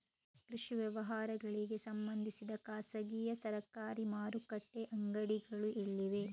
ಕೃಷಿ ವ್ಯವಹಾರಗಳಿಗೆ ಸಂಬಂಧಿಸಿದ ಖಾಸಗಿಯಾ ಸರಕಾರಿ ಮಾರುಕಟ್ಟೆ ಅಂಗಡಿಗಳು ಎಲ್ಲಿವೆ?